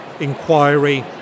inquiry